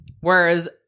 Whereas